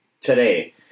today